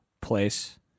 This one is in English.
place